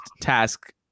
task